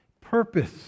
purpose